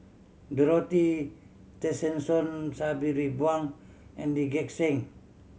Dorothy Tessensohn Sabri Buang and Lee Gek Seng